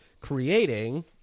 creating